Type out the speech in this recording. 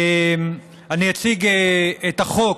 אני אציג את החוק